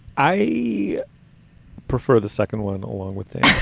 i prefer the second one along with it.